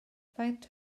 faint